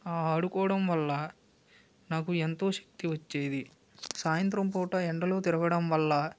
ఆ ఆడుకోవడం వల్ల నాకు ఎంతో శక్తి వచ్చేది సాయంత్రం పూట ఎండలో తిరగడం వల్ల